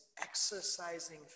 exercising